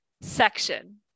section